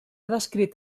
descrit